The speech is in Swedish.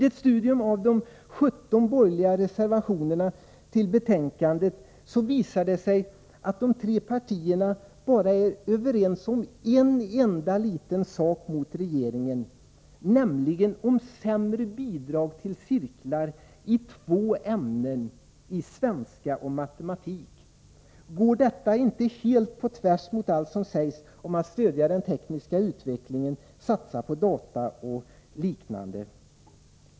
Ett studium av de 17 borgerliga reservationerna till betänkandet visar att de tre partierna bara är överens om en enda liten sak mot regeringen, nämligen sämre bidrag till cirklar i två ämnen — svenska och matematik. Går detta inte tvärtemot allt som sägs om att stödja den tekniska utvecklingen, satsa på data och liknande?